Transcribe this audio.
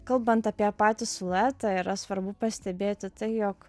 kalbant apie patį siluetą yra svarbu pastebėti tai jog